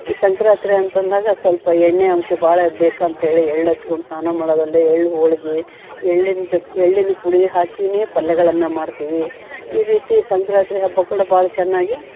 ಈ ಸಂಕ್ರಾಂತಿ ಅಂತ ಅಂದಾಗ ಸ್ವಲ್ಪ ಎಣ್ಣೆ ಅಂಶ ಭಾಳ ಬೇಕಂತ ಹೇಳಿ ಎಳ್ಳು ಹಚ್ಕೊಂಡ್ ಸ್ನಾನ ಮಾಡೋದಲ್ದೇ ಎಳ್ಳು ಹೋಳ್ಗೆ ಎಳ್ಳಿನ ಜೊತ್ ಎಳ್ಳಿನ ಪುಡಿ ಹಾಕಿಯೇ ಪಲ್ಯಗಳನ್ನು ಮಾಡ್ತೀವಿ ಈ ರೀತಿ ಸಂಕ್ರಾಂತಿ ಹಬ್ಬ ಕೂಡ ಭಾಳ ಚೆನ್ನಾಗಿ